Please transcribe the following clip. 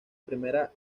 primera